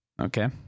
Okay